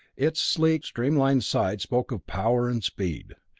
its sleek, streamlined sides spoke of power and speed.